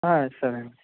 సరే అండి